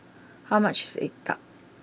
how much is Egg Tart